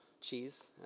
cheese